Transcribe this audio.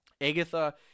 Agatha